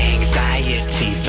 Anxiety